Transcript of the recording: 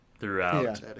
throughout